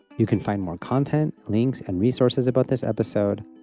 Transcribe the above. you can find more content links and resources about this episode,